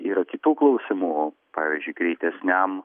yra kitų klausimų pavyzdžiui greitesniam